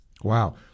Wow